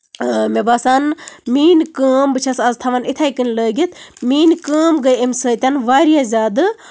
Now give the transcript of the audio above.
آ مےٚ باسان میٲنۍ کٲم بہٕ چھَس آز تھاوان یِتھٕے کَنۍ لٲگِتھ میٲنۍ کٲم گٔے اَمہِ سۭتۍ واریاہ زیادٕ